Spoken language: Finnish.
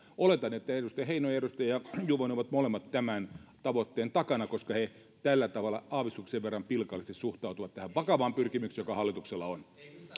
oletan että edustaja heinonen ja edustaja juvonen ovat molemmat tämän tavoitteen takana koska he tällä tavalla aavistuksen verran pilkallisesti suhtautuvat tähän vakavaan pyrkimykseen joka hallituksella on